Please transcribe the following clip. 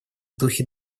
духе